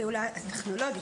הפעולה הטכנולוגית,